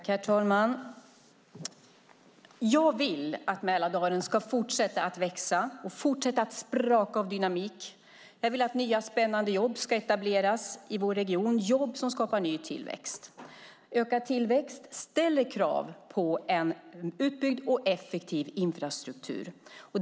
Herr talman! Jag vill att Mälardalen ska fortsätta att växa och fortsätta att spraka av dynamik. Jag vill att nya och spännande jobb ska etableras i vår region - jobb som skapar ny tillväxt. Ökad tillväxt ställer krav på utbyggd och effektiv infrastruktur.